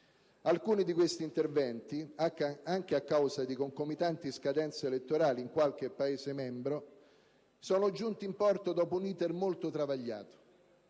Alcuni di questi interventi, anche a causa di concomitanti scadenze elettorali in qualche Paese membro, sono giunti in porto dopo un *iter* molto travagliato.